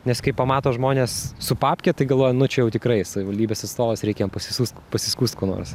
nes kai pamato žmonės su papke tai galvoja nu čia jau tikrai savivaldybės atstovas reikia jam pasisukt pasiskųst kuo nors